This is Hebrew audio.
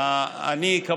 אני כמובן בעד.